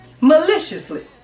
maliciously